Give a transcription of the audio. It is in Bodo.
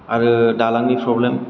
आरो दालांनि फ्रब्लेम